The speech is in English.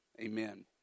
amen